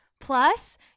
Plus